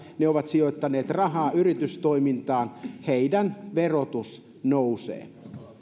he ovat sijoittaneet rahaa yritystoimintaan heidän verotuksensa nousee